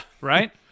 right